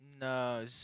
No